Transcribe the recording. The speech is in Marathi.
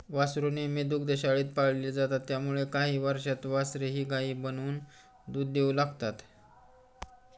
वासरू नेहमी दुग्धशाळेत पाळले जातात त्यामुळे काही वर्षांत वासरेही गायी बनून दूध देऊ लागतात